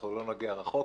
אנחנו לא נגיע רחוק,